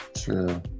True